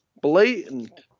blatant